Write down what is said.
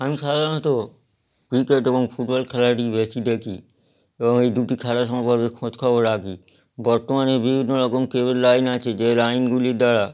আমি সাধারণত ক্রিকেট এবং ফুটবল খেলাটিই বেশি দেখি এবং এই দুটি খেলা সম্পর্কে খোঁজখবর রাখি বর্তমানে বিভিন্ন রকম কেবল লাইন আছে যে লাইনগুলির দ্বারা